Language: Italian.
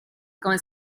come